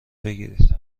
بگیرید